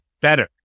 better